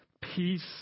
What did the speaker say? Peace